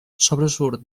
sobresurt